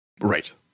Right